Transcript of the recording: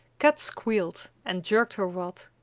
kat squealed and jerked her rod.